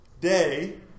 day